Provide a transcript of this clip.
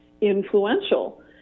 influential